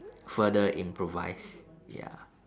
further improvised ya